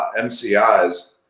MCIs